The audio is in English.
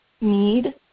need